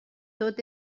tot